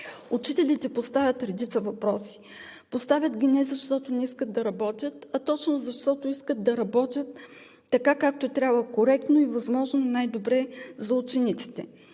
Учителите поставят редица въпроси. Поставят ги не защото не искат да работят, а точно защото искат да работят така, както трябва – коректно и възможно най-добре за учениците.